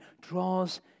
draws